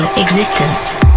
Existence